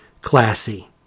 classy